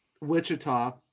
Wichita